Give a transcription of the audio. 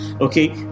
okay